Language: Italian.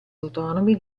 autonomi